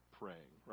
praying